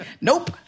nope